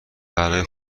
برای